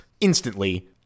instantly